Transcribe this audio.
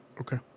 Okay